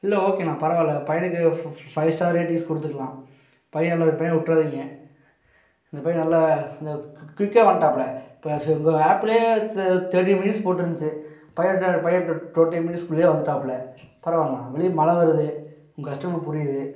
இல்லை ஓகேண்ணா பரவாயில்லை பையனுக்கு ஃபை ஸ்டார் ரேட்டிங்ஸ் கொடுத்துக்கலாம் பையன் இந்த மாதிரி பையன் விட்றாதீங்க அந்த பையன் நல்ல அந்த குயிக்கா வந்ட்டாப்புல இப்போ உங்கள் ஆப்லயே தேர்ட்டி மினிட்ஸ் போட்டுருந்துச்சி பையன் பையன் டுவெண்ட்டி மினிட்ஸ்குள்ளையே வந்துட்டாப்புல பரவாயில்லைண்ணா வெளிய மழை வருது உங்கள் கஷ்டம் எனக்கு புரியுது